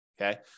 Okay